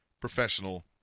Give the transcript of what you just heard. professional